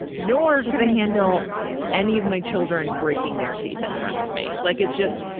nor could i handle any of my children breaking their teeth in front of me. like it's just,